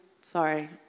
Sorry